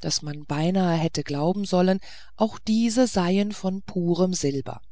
daß man beinahe hätte glauben sollen auch diese seien von purem silber